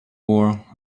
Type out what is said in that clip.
war